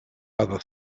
other